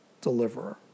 deliverer